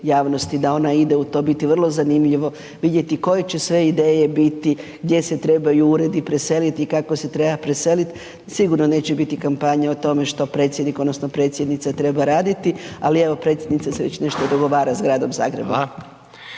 javnosti da ona ide u to, biti vrlo zanimljivo vidjeti koje će sve ideje biti, gdje se trebaju uredi preselit i kako se treba preselit, sigurno neće biti kampanja o tome što predsjednik odnosno predsjednica treba raditi, ali evo predsjednica se već nešto dogovara s Gradom Zagrebom.